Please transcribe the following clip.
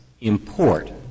import